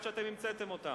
עד שאתם המצאתם אותם.